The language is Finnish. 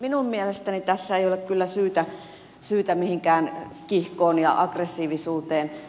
minun mielestäni tässä ei ole kyllä syytä mihinkään kiihkoon ja aggressiivisuuteen